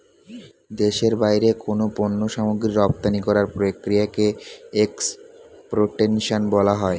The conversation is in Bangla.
দেশের বাইরে কোনো পণ্য সামগ্রী রপ্তানি করার প্রক্রিয়াকে এক্সপোর্টেশন বলা হয়